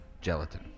gelatin